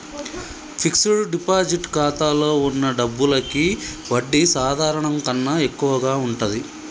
fixed deposit ఖాతాలో వున్న డబ్బులకి వడ్డీ సాధారణం కన్నా ఎక్కువగా ఉంటది